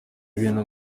ibintu